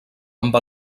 amb